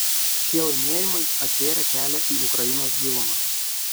šie laimėjimai atvėrė kelią į ukrainos gilumą